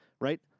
right